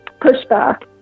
pushback